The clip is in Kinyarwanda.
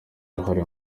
uruhare